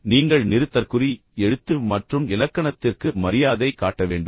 மேலும் நீங்கள் நிறுத்தற்குறி எழுத்து மற்றும் இலக்கணத்திற்கு மரியாதை காட்ட வேண்டும்